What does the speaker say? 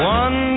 one